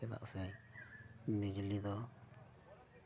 ᱪᱮᱫᱟᱜ ᱥᱮ ᱵᱤᱡᱽᱞᱤ ᱫᱚ